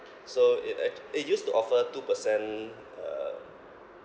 so it ac~ they used to offer two percent um